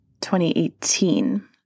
2018